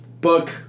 book